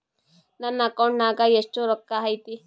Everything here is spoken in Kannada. ನನ್ನ ಅಕೌಂಟ್ ನಾಗ ಎಷ್ಟು ರೊಕ್ಕ ಐತಿ?